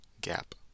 gap